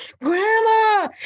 Grandma